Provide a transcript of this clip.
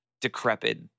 decrepit